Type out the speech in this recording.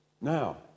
Now